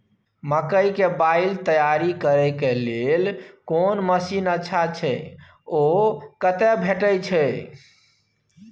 मकई के बाईल तैयारी करे के लेल कोन मसीन अच्छा छै ओ कतय भेटय छै